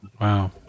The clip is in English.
Wow